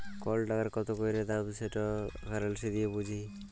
call টাকার কত ক্যইরে দাম সেট কারেলসি দিঁয়ে বুঝি